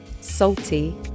salty